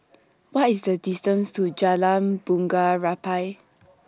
What IS The distance to Jalan Bunga Rampai